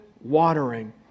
watering